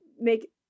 make